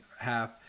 half